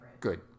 Good